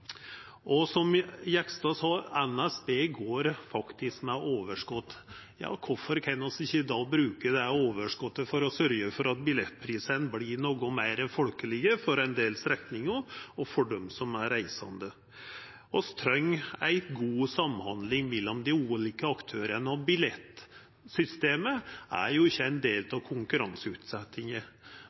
Og som Jegstad sa, går NSB faktisk med overskot. Kvifor kan vi ikkje då bruka det overskotet til å sørgja for at billettprisane vert litt meir folkelege på ein del strekningar for dei reisande? Vi treng ei god samhandling mellom dei ulike aktørane, og billettsystemet er jo ikkje ein del av